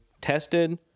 tested